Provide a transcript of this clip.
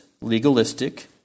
legalistic